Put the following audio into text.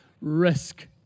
risk